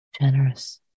generous